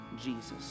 Jesus